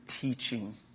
teaching